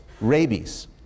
rabies